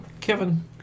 Kevin